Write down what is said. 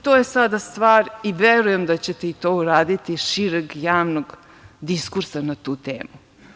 To je sada stvar i verujem da ćete i to uraditi šireg javnog diskursa na tu temu.